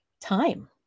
time